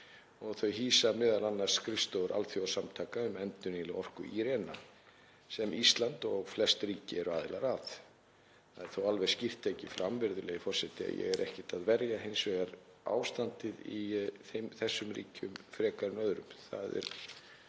og þau hýsa m.a. skrifstofur alþjóðasamtaka um endurnýjanlega orku, IRENA, sem Ísland og flest ríki eru aðilar að. Það er þó alveg skýrt tekið fram, virðulegi forseti, að ég er ekkert að verja ástandið í þessum ríkjum frekar en öðrum.